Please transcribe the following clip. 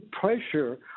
pressure